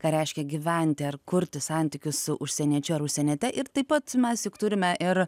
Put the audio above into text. ką reiškia gyventi ar kurti santykius su užsieniečiu ar užsieniete ir taip pat mes juk turime ir